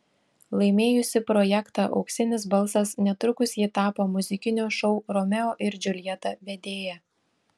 laimėjusi projektą auksinis balsas netrukus ji tapo muzikinio šou romeo ir džiuljeta vedėja